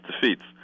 defeats